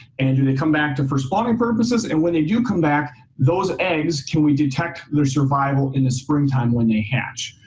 and do they come back for spawning purposes? and when they do come back, those eggs, can we detect their survival in the springtime when they hatch?